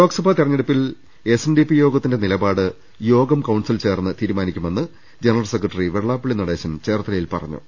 ലോക്സഭാ തിരഞ്ഞെടുപ്പിൽ എസ്എൻഡിപി യോഗത്തിന്റെ നിലപാട് യോഗം കൌൺസിൽ ചേർന്ന് തീരുമാനിക്കുമെന്ന് ജനറൽ സെക്രട്ടറി വെള്ളാപ്പള്ളി നടേശൻ ചേർത്തലയിൽ പറഞ്ഞു